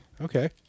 Okay